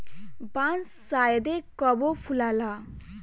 बांस शायदे कबो फुलाला